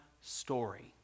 story